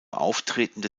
auftretende